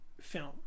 film